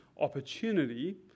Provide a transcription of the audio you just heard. opportunity